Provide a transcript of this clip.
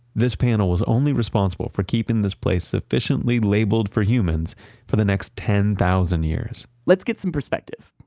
this panel was only responsible for keeping this place sufficiently labeled for humans for the next ten thousand years let's get some perspective.